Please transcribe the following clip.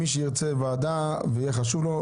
מי שירצה ועדה ויהיה חשוב לו,